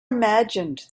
imagined